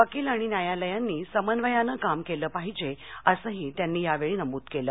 वकील आणि न्यायालयांनी समन्वयानं काम केलं पाहिजे असंही त्यांनी यावेळी नमूद केलं